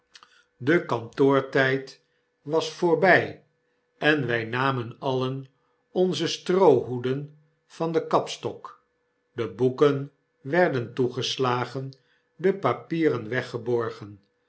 de kantoortijd was voorbg en wy namen alien onze stroohoeden van den kapstok de boeken werden toegeslagen de papieren weggeborgen